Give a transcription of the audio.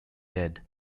dead